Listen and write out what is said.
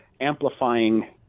amplifying